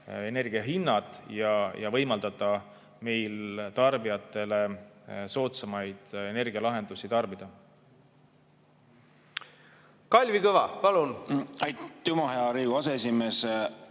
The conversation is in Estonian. alla panna ja võimaldada meil tarbijatele soodsamaid energialahendusi pakkuda. Kalvi Kõva, palun! Aitüma, hea Riigikogu aseesimees!